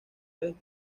vez